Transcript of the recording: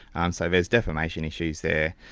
um so there's defamation issues there.